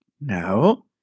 no